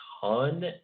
ton